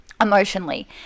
emotionally